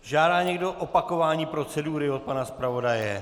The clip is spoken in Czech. Žádá někdo opakování procedury od pana zpravodaje?